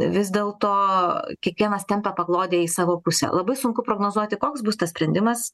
vis dėl to kiekvienas tempia paklodę į savo pusę labai sunku prognozuoti koks bus tas sprendimas